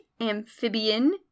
amphibian